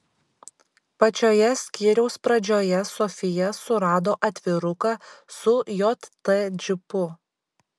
pačioje skyriaus pradžioje sofija surado atviruką su jt džipu